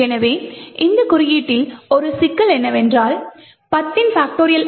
எனவே இந்த குறியீட்டில் ஒரு சிக்கல் என்னவென்றால் 10